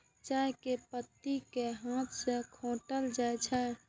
चाय के पत्ती कें हाथ सं खोंटल जाइ छै